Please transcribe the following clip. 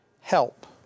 help